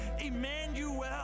Emmanuel